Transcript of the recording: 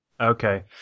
Okay